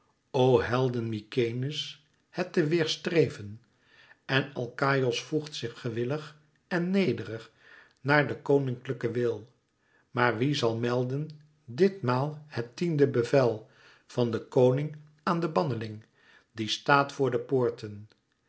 o helden mykenæ's het te weêrstreven en alkaïos voegt zich gewillig en nederig naar den koninklijken wil maar wie zal melden dit maal het tiende bevel van den koning aan den banneling die staat voor de poorten